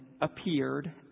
appeared